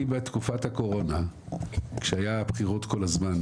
אני בתקופת הקורונה כשהיו בחירות כל הזמן,